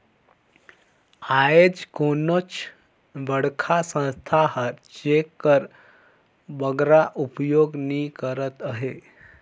आएज कोनोच बड़खा संस्था हर चेक कर बगरा उपयोग नी करत अहे